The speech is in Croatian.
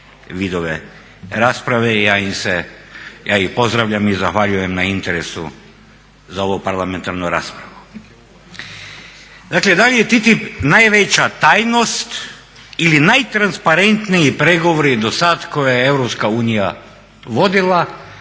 vidove rasprave i ja im se, ja ih pozdravljam i zahvaljujem na interesu za ovu parlamentarnu raspravu. Dakle i dalje je TTIP najveća tajnost ili najtransparentniji pregovori do sad koje je EU vodila